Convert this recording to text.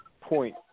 point